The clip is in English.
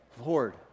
Lord